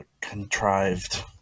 contrived